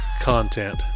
content